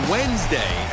Wednesday